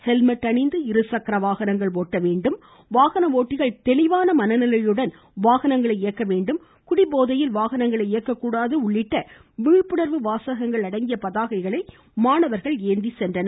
helmet அணிந்து இருசக்கர வாகனங்கள் ஓட்ட வேண்டும் வாகன ஓட்டிகள் மனநிலையுடன் வாகனங்களை வேண்டும் குடிபோதையில் தெளிவான இயக்க வாகனங்களை இயக்கக்கூடாது உள்ளிட்ட விழிப்புண்வு வாசகங்கள் அடங்கிய பதாகைகளை மாணவர்கள் ஏந்தி சென்றனர்